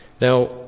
Now